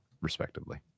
respectively